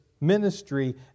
ministry